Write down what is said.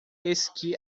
esqui